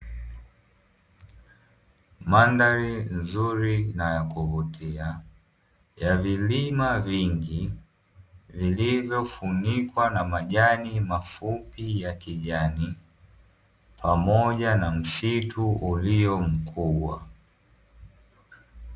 Mandhari nzuri na ya kuvutia yenye vilima vingi vilivyofunikwa na majani mafupi ya kijani pamoja na msitu iliyo mkubwa.